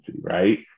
right